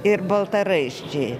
ir baltaraiščiai